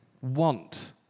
want